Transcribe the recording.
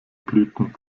blüten